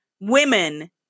women